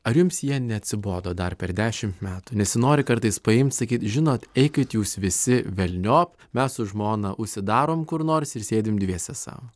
ar jums jie neatsibodo dar per dešim metų nesinori kartais paimt sakyt žinot eikit jūs visi velniop mes su žmona užsidarom kur nors ir sėdim dviese sau